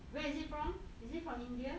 where is it from is it from india